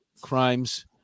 crimes